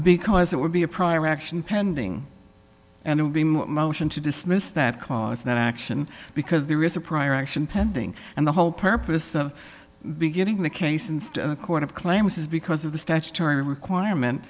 because that would be a prior action pending and would be my motion to dismiss that cause that action because there is a prior action pending and the whole purpose of beginning the case and the court of claims is because of the statutory requirement